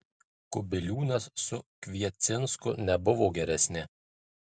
kubiliūnas su kviecinsku nebuvo geresni